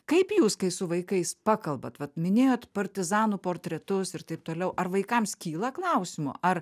kaip jūs kai su vaikais pakalbat vat minėjot partizanų portretus ir taip toliau ar vaikams kyla klausimų ar